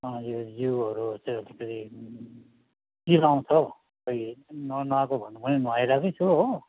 हजुर जिउहरू चाहिँ अलिकति चिलाउँछ हौ खै ननुहाएको भन्नु पनि नुहाइरहेकै छु हो